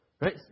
Right